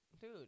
dude